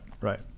Right